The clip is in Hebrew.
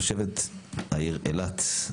תושבת העיר אילת,